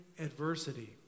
adversity